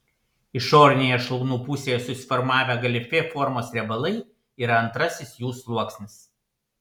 išorinėje šlaunų pusėje susiformavę galifė formos riebalai yra antrasis jų sluoksnis